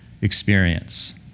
experience